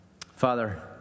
Father